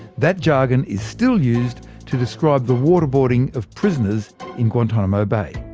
that jargon is still used to describe the waterboarding of prisoners in guantanamo bay.